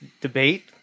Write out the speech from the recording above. debate